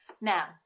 Now